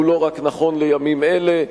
הוא נכון לא רק לימים אלה.